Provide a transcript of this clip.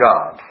God